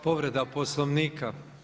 Povreda Poslovnika.